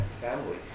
family